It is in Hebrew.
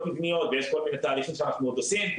מבניות ויש כל מיני תהליכים שאנחנו עוד עושים,